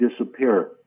disappear